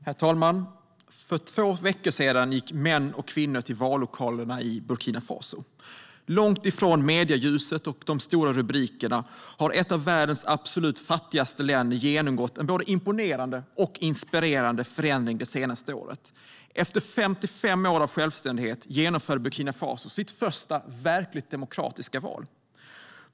Herr talman! För två veckor sedan gick män och kvinnor till vallokalerna i Burkina Faso. Långt ifrån medieljuset och de stora rubrikerna har ett av världens absolut fattigaste länder genomgått en både imponerande och inspirerande förändring det senaste året. Efter 55 år av självständighet genomförde Burkina Faso sitt första verkligt demokratiska val.